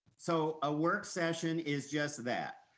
so a work session is just that.